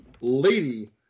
lady